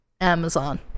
Amazon